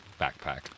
backpack